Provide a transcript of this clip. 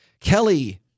Kelly